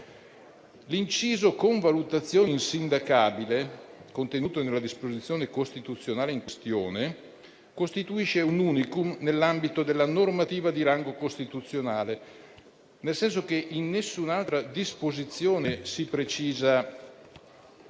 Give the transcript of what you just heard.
L'inciso: «con valutazione insindacabile» contenuto nella disposizione costituzionale in questione costituisce un *unicum* nell'ambito della normativa di rango costituzionale, nel senso che in nessun'altra disposizione si precisa